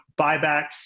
buybacks